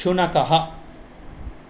शुनकः